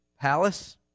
palace